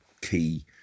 key